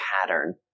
pattern